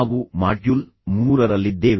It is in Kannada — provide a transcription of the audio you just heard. ನಾವು ಮಾಡ್ಯೂಲ್ ಮೂರರಲ್ಲಿದ್ದೇವೆ